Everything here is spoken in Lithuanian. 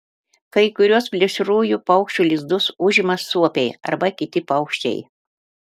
kai kuriuos plėšriųjų paukščių lizdus užima suopiai arba kiti paukščiai